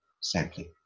sampling